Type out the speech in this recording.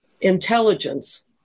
intelligence